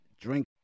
drink